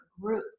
group